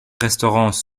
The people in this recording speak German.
restaurants